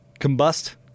Combust